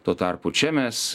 tuo tarpu čia mes